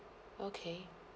okay